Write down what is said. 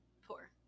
four